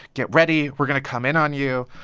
get ready. we're going to come in on you.